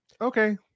okay